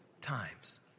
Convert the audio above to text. times